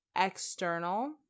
external